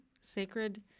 sacred